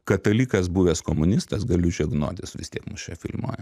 katalikas buvęs komunistas galiu žegnotis vis tiek mus čia filmuoja